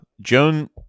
Joan